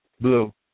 Blue